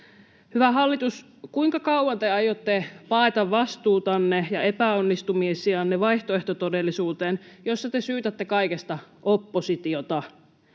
Hyvä hallitus, kuinka kauan te aiotte paeta vastuutanne ja epäonnistumisianne vaihtoehtotodellisuuteen, jossa te syytätte kaikesta oppositiota?